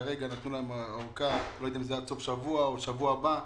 כרגע נתנו הארכה שאני לא יודע אם היא עד סוף השבוע או עד שבוע הבא.